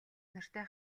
нартай